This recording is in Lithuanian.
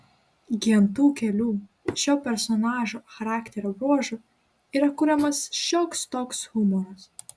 gi ant tų kelių šio personažo charakterio bruožų yra kuriamas šioks toks humoras